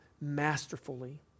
masterfully